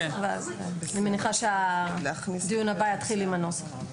אני מניחה שהדיון הבא יתחיל עם הנוסח.